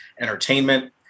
entertainment